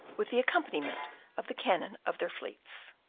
with the accompaniment of the cannon of their fleets.